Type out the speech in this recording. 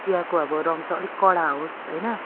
चियाको अब रङ चाहिँ अलिक कडा होस् होइन